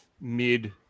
mid